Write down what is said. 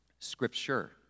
scripture